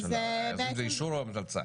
אז זה אישור או המלצה?